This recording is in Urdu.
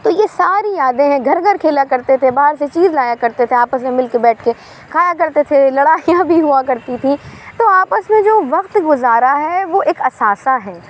تو یہ ساری یادیں ہیں گھر گھر کھیلا کرتے تھے باہر سے چیز لایا کرتے تھے آپس میں مل کے بیٹھ کے کھایا کرتے تھے لڑائیاں بھی ہوا کرتی تھیں تو آپس میں جو وقت گزارا ہے وہ ایک اثاثہ ہے